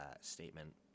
statement